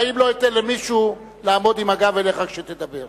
בחיים לא אתן למישהו לעמוד עם הגב אליך כשתדבר.